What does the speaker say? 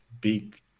big